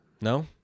No